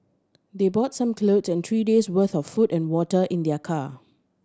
they brought some clothes and three days' worth of food and water in their car